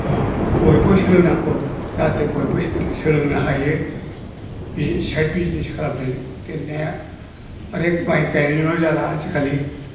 बयबो सोलोंनांगौ जाहाथे बयबो सोलोंनो हायो साइड बिजनेस खालामनायजों देरनाया अनेख माइ गायनायजोंल' जाला आजिखालि